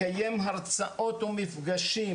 לקיים הרצאות ומפגשים